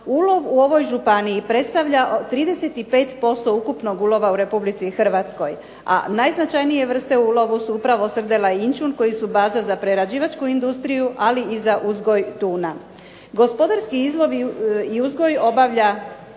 Ulov u ovoj županiji predstavlja 35% ukupnog uloga u Republici Hrvatskoj a najznačajnije vrste ulova su upravo srdela i inćun koji su baza za prerađivačku industriju ali i za uzgoj tuna. Gospodarski izlov i uzgoj obavlja